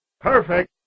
Perfect